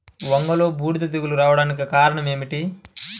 వంగలో బూడిద తెగులు రావడానికి కారణం ఏమిటి?